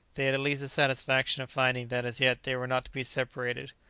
they had at least the satisfaction of finding that as yet they were not to be separated.